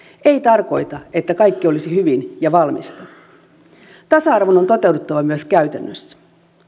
ei tarkoita että kaikki olisi hyvin ja valmista tasa arvon on toteuduttava myös käytännössä